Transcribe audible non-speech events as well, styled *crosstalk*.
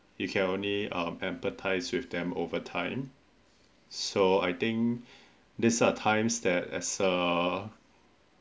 it can only um empathise with them over time so I think *breath* this are times that as uh